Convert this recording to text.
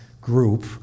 group